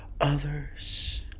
others